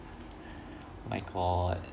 my god